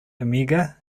amiga